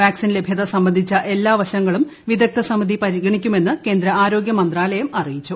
vaccine ലഭ്യത സംബന്ധിച്ച എല്ലാ വശങ്ങളും വിദഗ്ദ്ധ സമിതി പരിഗണിക്കുമെന്ന് കേന്ദ്ര ആരോഗ്യ മന്ത്രാലയം അറിയിച്ചു